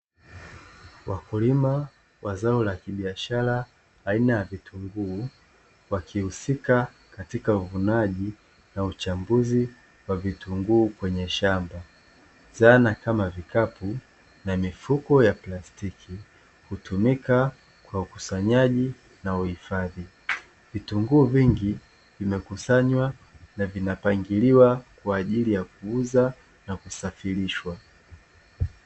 Wakulima wa zao la kibiashara aina ya vitunguu wakihusika katika uvunaji na uchambuzi wa vitunguu kwenye shamba, zana kama vikapu na mifuko ya plastiki hutumika kwa ukusanyaji na uhifadhi. Vitunguu vingi vimekusanywa na vinapangiliwa kwa ajili ya kuuza na kusafirishwa.